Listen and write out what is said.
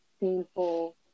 painful